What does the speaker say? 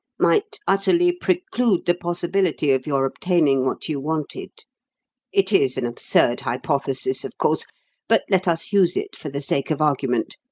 might utterly preclude the possibility of your obtaining what you wanted it is an absurd hypothesis, of course but let us use it for the sake of argument.